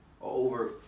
over